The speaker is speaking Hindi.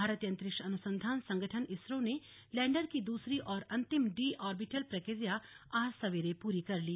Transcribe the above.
भारतीय अंतरिक्ष अनुसंधान संगठन इसरो ने लैंडर की दूसरी और अंतिम डी ऑर्बिटल प्रक्रिया आज सवेरे पूरी कर ली